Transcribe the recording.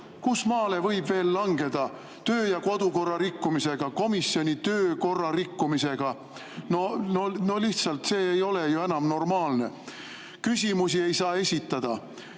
Kusmaale võib veel langeda kodu- ja töökorra rikkumisega, komisjoni töökorra rikkumisega? No lihtsalt, see ei ole ju enam normaalne! Küsimusi ei saa esitada,